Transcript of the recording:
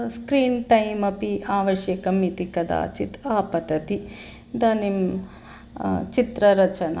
screen time अपि आवश्यकम् इति कदाचित् आपतति इदानीं चित्ररचना